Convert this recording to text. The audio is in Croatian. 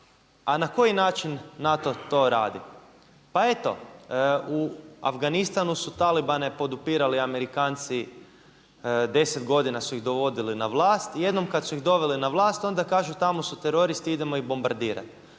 A na koji način NATO to radi? Pa eto u Afganistanu su talibane podupirali Amerikanci, 10 godina su ih dovodili na vlast. I jednom kad su ih doveli na vlast onda kažu tamo su teroristi, idemo ih bombardirati,